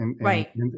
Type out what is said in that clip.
Right